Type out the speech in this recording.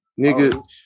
nigga